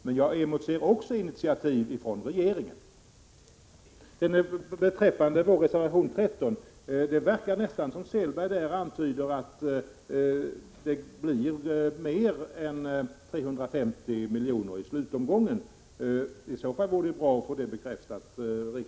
Men jag emotser även initiativ från regeringen. Beträffande vår reservation nr 13 verkar det nästan som om Selberg antyder att det i slutomgången skulle bli mer än 350 miljoner. I så fall vore det bra att få det bekräftat nu.